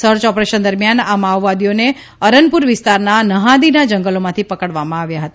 search operation દરમ્યાન આ મોવોવાદીઓને અરનપુર વિસ્તારના નહાદીના જંગલોમાંથી પકડવામાં આવ્યા હતા